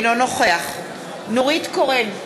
אינו נוכח נורית קורן,